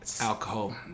Alcohol